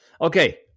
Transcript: Okay